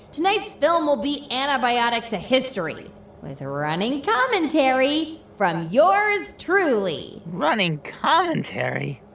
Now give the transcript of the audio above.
tonight's film will be antibiotics a history with running commentary from yours truly running commentary?